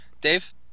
Dave